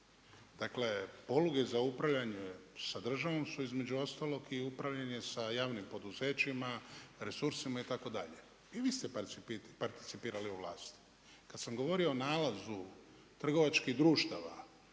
Dakle, poluge za upravljanje sa državom su između ostalog i upravljanje sa javnim poduzećima, resursima itd. I vi ste participirali u vlasti. Kad sam govorio o nalazu trgovačkih društava,